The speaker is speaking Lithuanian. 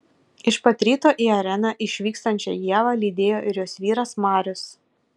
iš pat ryto į areną išvykstančią ievą lydėjo ir jos vyras marius